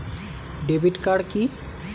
Debit card কি?